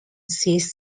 seas